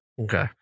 Okay